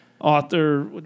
Author